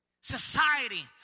Society